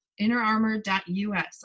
Innerarmor.us